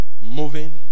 Moving